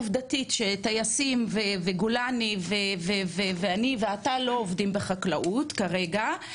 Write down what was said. עובדתית טייסים וגולני ואני ואתה לא עובדים בחקלאות כרגע,